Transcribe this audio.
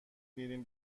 میریم